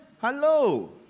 Hello